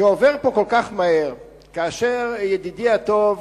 שעובר פה כל כך מהר, כאשר ידידי הטוב,